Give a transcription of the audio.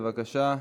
בבקשה.